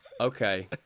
Okay